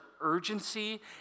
urgency